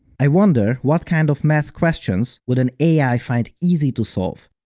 i wonder what kind of math questions would an ai find easy to solve?